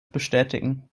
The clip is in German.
bestätigen